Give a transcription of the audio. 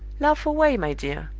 laugh away, my dear.